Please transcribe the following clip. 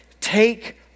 take